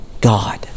God